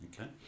Okay